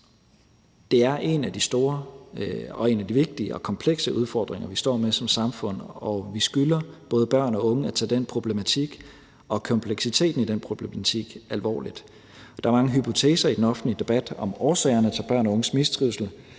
Det er en af de store og vigtige og komplekse udfordringer, vi står med som samfund, og vi skylder både børn og unge at tage den problematik og kompleksiteten i den problematik alvorligt. Der er mange hypoteser i den offentlige debat om årsagerne til børn og unges mistrivsel,